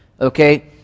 okay